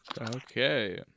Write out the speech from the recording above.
Okay